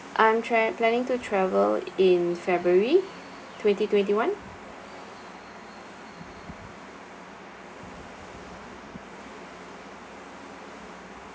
I'm tra~ planning to travel in february twenty twenty one